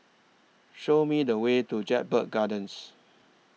Show Me The Way to Jedburgh Gardens